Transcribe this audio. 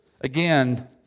again